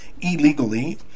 illegally